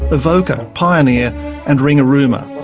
ah avoca, pioneer and ringarooma.